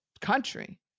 country